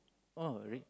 oh rea~